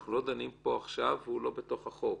שאנחנו לא דנים בו עכשיו והוא לא בתוך החוק.